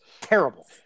Terrible